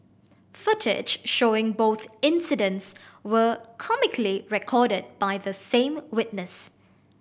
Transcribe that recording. footage showing both incidents were comically recorded by the same witness